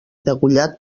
degollat